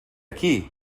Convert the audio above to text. qui